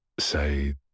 say